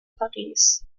paris